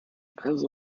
also